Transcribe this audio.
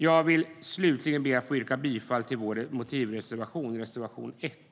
Jag vill slutligen be att få yrka befall till vår motivreservation, reservation 1.